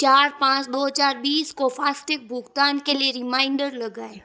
चार पाँच दौ हज़ार बीस को फास्टैग भुगतान के लिए रिमाइंडर लगाएँ